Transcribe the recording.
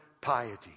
piety